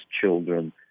children